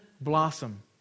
blossom